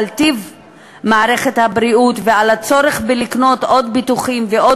על טיב מערכת הבריאות ועל הצורך לקנות עוד ביטוחים ועוד